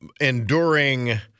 enduring